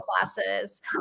classes